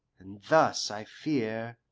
and thus, i fear,